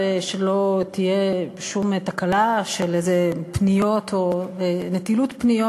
ושלא תהיה שום תקלה של פניות או נטילות פניות,